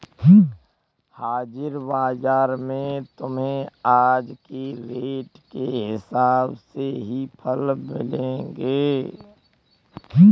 हाजिर बाजार में तुम्हें आज के रेट के हिसाब से ही फल मिलेंगे